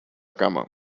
cama